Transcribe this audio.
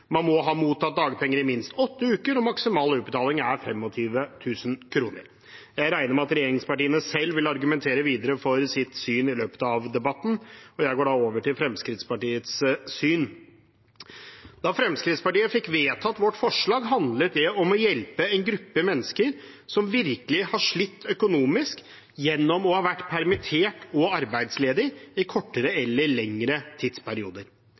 må ha mottatt dagpenger i minst åtte uker, og maksimal utbetaling er 25 000 kr. Jeg regner med at regjeringspartiene selv vil argumentere videre for sitt syn i løpet av debatten, og jeg går da over til Fremskrittspartiets syn. Da Fremskrittspartiet fikk vedtatt sitt forslag, handlet det om å hjelpe en gruppe mennesker som virkelig har slitt økonomisk, gjennom å ha vært permittert eller arbeidsledig i kortere eller lengre tidsperioder